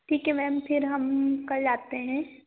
ठीक है मैम फिर हम कल आते हैं